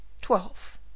twelve